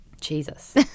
Jesus